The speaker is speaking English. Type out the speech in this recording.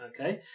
Okay